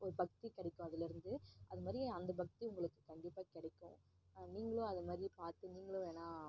ஒரு பக்தி கிடைக்கும் அதுலேர்ந்து அதுமாதிரி அந்த பக்தி உங்களுக்கு கண்டிப்பாக கிடைக்கும் நீங்களும் அதை மாதிரி பார்த்து நீங்களும் வேணால்